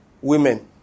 women